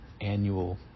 annual